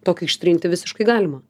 tokį ištrinti visiškai galima